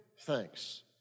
thanks